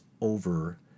over